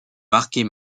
marquer